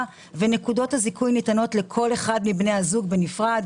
ונקודות הזיכוי ניתנות לכל אחד מבני הזוג בנפרד,